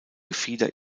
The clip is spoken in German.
gefieder